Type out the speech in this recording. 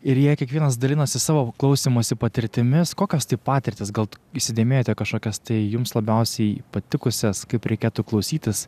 ir jie kiekvienas dalinosi savo klausymosi patirtimis kokios tai patirtys gal įsidėmėjote kažkokias tai jums labiausiai patikusias kaip reikėtų klausytis